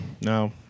No